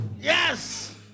Yes